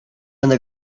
and